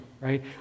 right